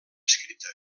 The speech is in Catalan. escrita